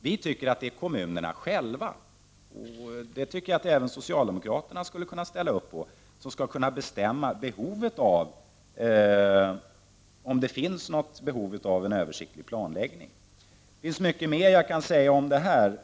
Vi moderater tycker att det är kommunerna själva, och det tycker jag att även socialdemokraterna skulle kunna ställa upp på, som skall bestämma om det finns något behov av en översiktlig planläggning. Det finns mycket mera att säga om detta.